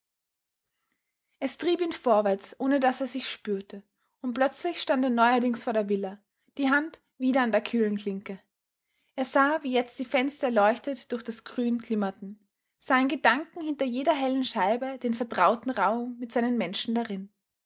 es trieb ihn vorwärts ohne daß er sich spürte und plötzlich stand er neuerdings vor der villa die hand wieder an der kühlen klinke er sah wie jetzt die fenster erleuchtet durch das grün glimmerten sah in gedanken hinter jeder hellen scheibe den vertrauten raum mit seinen menschen darin